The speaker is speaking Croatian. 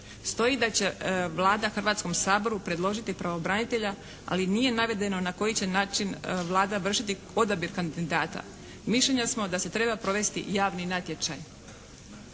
stoji da će Vlada Hrvatskom saboru predložiti pravobranitelja ali nije navedeno na koji će način Vlada vršiti odabir kandidata. Mišljenja smo da se treba provesti javni natječaj.